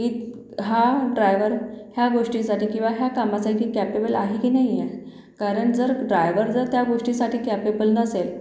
की हा ड्रायवर ह्या गोष्टीसाठी किंवा ह्या कामासाठी कॅपेबल आहे की नाही आहे कारण जर ड्रायवर जर त्या गोष्टीसाठी कॅपेबल नसेल